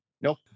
Nope